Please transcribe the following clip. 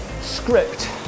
script